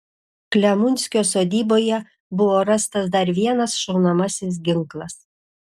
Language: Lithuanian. klemunskio sodyboje buvo rastas dar vienas šaunamasis ginklas